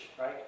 right